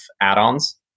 add-ons